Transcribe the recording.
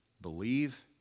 believe